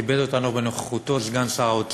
וכיבד אותנו בנוכחותו סגן שר האוצר,